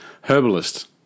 herbalist